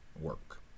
work